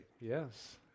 Yes